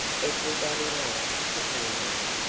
everybody laughed pityingly,